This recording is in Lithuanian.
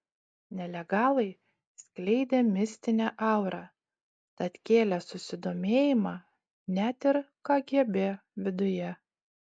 nelegalai skleidė mistinę aurą tad kėlė susidomėjimą net ir kgb viduje